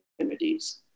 communities